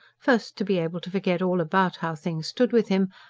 first, to be able to forget all about how things stood with him,